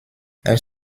elles